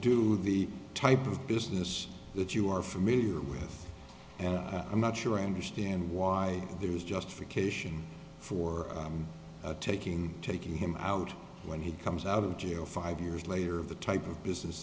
do the type of business that you are familiar with and i'm not sure i understand why there is just for occasion for taking taking him out when he comes out of jail five years later of the type of business